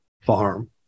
farm